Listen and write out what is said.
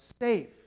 safe